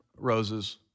roses